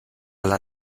alla